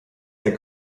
der